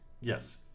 Yes